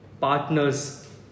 partners